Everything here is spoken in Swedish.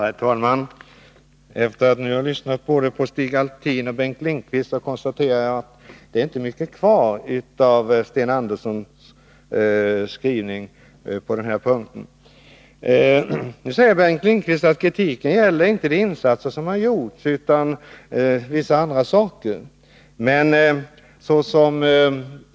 Herr talman! Efter att nu ha lyssnat både på Stig Alftin och Bengt Lindqvist konstaterar jag att det inte är mycket kvar av Sten Anderssons skrivning på denna punkt. Nu säger Bengt Lindqvist att kritiken inte gäller de insatser som gjorts utan andra saker.